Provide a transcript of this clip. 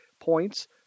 points